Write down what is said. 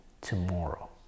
tomorrow